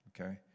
okay